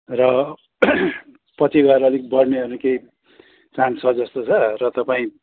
र पछि गएर अलिक बढ्ने ओर्ने केही चान्स छ जस्तो छ र तपाईँ